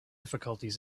difficulties